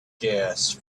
gas